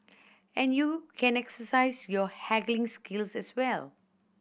and you can exercise your haggling skills as well